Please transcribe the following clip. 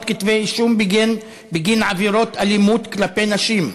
כתבי אישום בגין עבירות אלימות כלפי נשים,